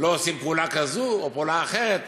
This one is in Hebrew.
שלא עושים פעולה כזו או פעולה אחרת?